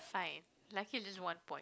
fine lucky just one point